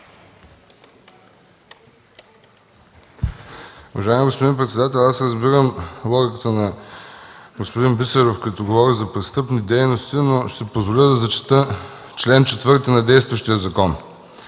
Уважаеми господин председател, аз разбирам логиката на господин Бисеров, като говори за „престъпни дейности”, но ще си позволя да зачета чл. 4 на действащия закон: